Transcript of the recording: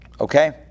Okay